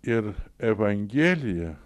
ir evangelija